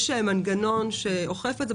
יש איזה מנגנון שאוכף את זה?